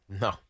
No